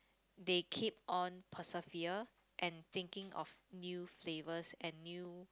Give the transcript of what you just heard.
they keep on persevere and thinking of new flavours and new